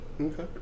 Okay